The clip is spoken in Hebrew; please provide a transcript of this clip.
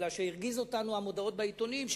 כי הרגיזו אותנו המודעות בעיתונים,